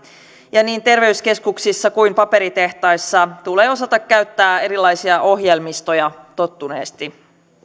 ja niin terveyskeskuksissa kuin paperitehtaissa tulee osata käyttää erilaisia ohjelmistoja tottuneesti